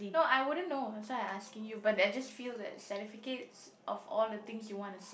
no I wouldn't know that's why I asking you but that I just feel that certificates of all the things you want to save